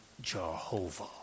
Jehovah